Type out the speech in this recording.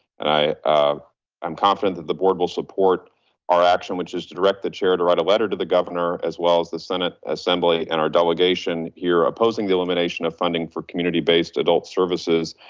and ah i'm confident that the board will support our action, which is to direct the chair to write a letter to the governor, as well as the senate assembly and our delegation here opposing the elimination of funding for community based adult services.